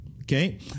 okay